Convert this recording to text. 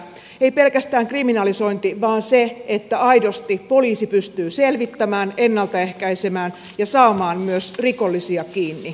ei pelkästään kriminalisointi vaan se että aidosti poliisi pystyy selvittämään ennalta ehkäisemään ja saamaan myös rikollisia kiinni